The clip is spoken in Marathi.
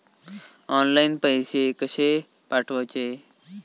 ऑनलाइन पैसे कशे पाठवचे?